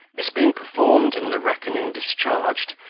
this being performed and the reckoning discharged,